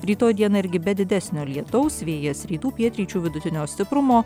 rytoj dieną irgi be didesnio lietaus vėjas rytų pietryčių vidutinio stiprumo